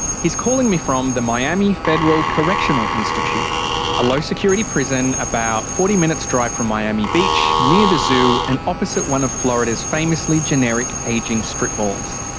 he's calling me from the miami federal correctional institute a low-security prison about forty minutes' drive from miami beach, near the zoo, and opposite one of florida's famously generic ageing strip malls.